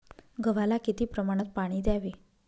गव्हाला किती प्रमाणात पाणी द्यावे?